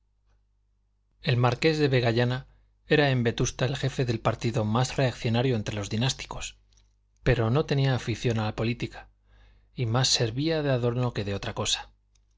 el marqués de vegallana era en vetusta el jefe del partido más reaccionario entre los dinásticos pero no tenía afición a la política y más servía de adorno que de otra cosa